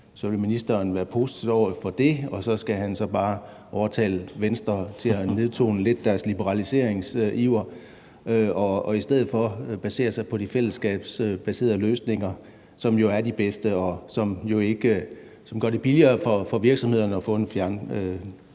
vil ministeren være positiv over for det. Så skal han bare overtale Venstre til lidt at nedtone deres liberaliseringsiver og i stedet for basere sig på de fællesskabsbaserede løsninger, som jo er de bedste, og som jo gør det billigere for virksomhederne at få en